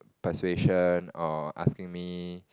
persuasion or asking me